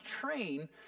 train